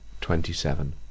twenty-seven